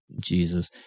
Jesus